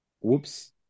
Whoops